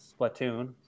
splatoon